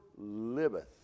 liveth